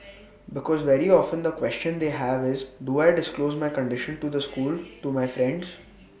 because very often the question they have is do I disclose my condition to the school to my friends